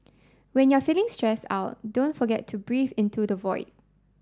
when you are feeling stressed out don't forget to breathe into the void